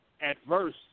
adverse